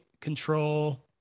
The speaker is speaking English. control